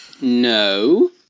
No